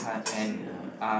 so ya